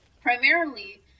primarily